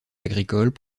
agricoles